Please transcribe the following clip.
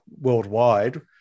worldwide